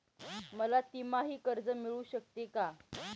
मला तिमाही कर्ज मिळू शकते का?